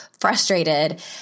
frustrated